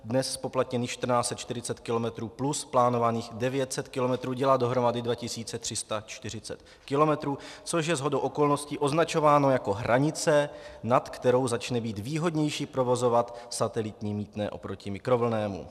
Dnes zpoplatněných 1 440 kilometrů plus plánovaných 900 kilometrů dělá dohromady 2 340 kilometrů, což je shodou okolností označováno jako hranice, nad kterou začne být výhodnější provozovat satelitní mýtné oproti mikrovlnnému.